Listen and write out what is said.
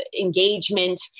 engagement